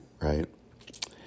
right